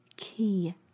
key